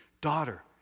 Daughter